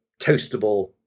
toastable